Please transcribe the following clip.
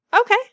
okay